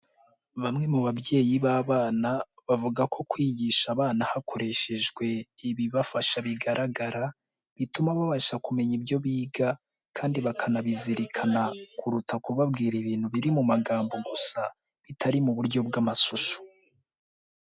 Bamwe mu babyeyi b'abana bavuga ko kwigisha abana hakoreshejwe ibibafasha bigaragara, bituma babasha kumenya ibyo biga, kandi bakanabizirikana kuruta kubabwira ibintu biri mu magambo gusa, bitari mu buryo bw'amashusho.